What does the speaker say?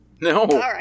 No